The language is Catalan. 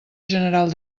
general